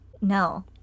No